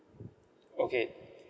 okay